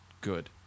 good